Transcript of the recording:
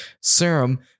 serum